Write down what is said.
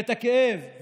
ואת הכאב,